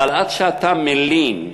אבל עד שאתה מלין,